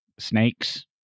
Snakes